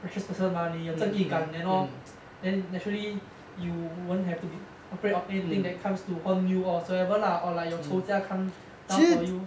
precious person mah 你有正义感 and all then naturally you won't have to be afraid of anything that comes to haunt you or whatsoever lah or when your 仇家 come down for you